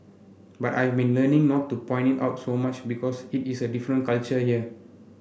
but I've been learning not to point it out so much because it is a different culture here